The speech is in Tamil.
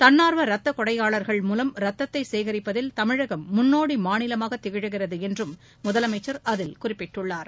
தன்னாா்வ ரத்த கொடையாளா்கள் மூலம் ரத்தத்தை சேகிப்பதில் தமிழகம் முன்னோடி மாநிலமாக திகழ்கிறது என்றும் முதலமைச்சா் அதில் குறிப்பிட்டுள்ளார்